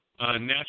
natural